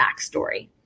backstory